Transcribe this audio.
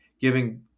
giving